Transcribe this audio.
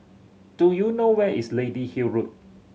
do you know where is Lady Hill Road